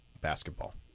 basketball